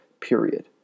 period